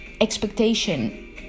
expectation